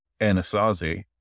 Anasazi